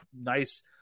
nice